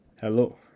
Hello